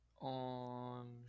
on